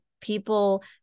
people